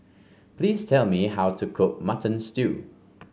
please tell me how to cook Mutton Stew